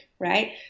right